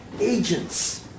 agents